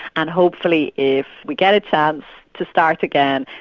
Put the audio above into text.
and hopefully if we get a chance to start again,